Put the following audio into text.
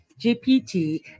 GPT